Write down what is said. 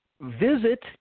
visit